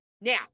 now